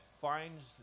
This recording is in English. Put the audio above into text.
finds